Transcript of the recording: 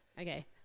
okay